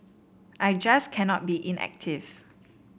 I just cannot be inactive